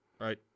right